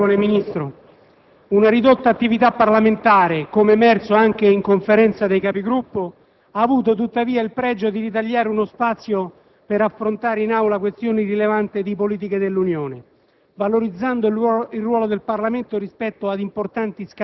Signor Presidente, onorevole Ministro, una ridotta attività parlamentare - come emerso anche in Conferenza dei Capigruppo - ha avuto tuttavia il pregio di ritagliare uno spazio per affrontare in Aula questioni rilevanti di politiche dell'Unione,